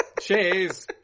Cheers